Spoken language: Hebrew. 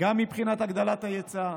גם מבחינת הגדלת ההיצע,